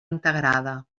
integrada